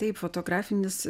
taip fotografinis